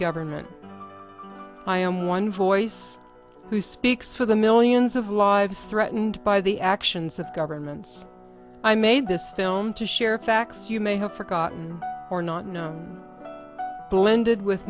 government i am one voice who speaks for the millions of lives threatened by the actions of governments i made this film to share facts you may have forgotten or not know blended with